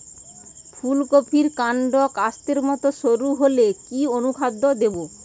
ফুলকপির কান্ড কাস্তের মত সরু হলে কি অনুখাদ্য দেবো?